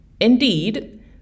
Indeed